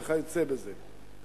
וכיוצא בזה.